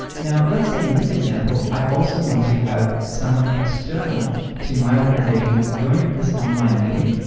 now let's say in this example, i also want to have someone external to my organization join this online meeting,